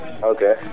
Okay